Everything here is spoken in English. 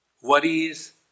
Worries